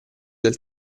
dei